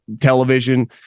television